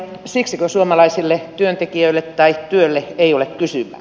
siksikö suomalaisille työntekijöille tai työlle ei ole kysyntää